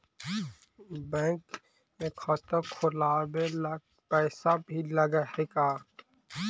Bank में खाता खोलाबे ल पैसा भी लग है का?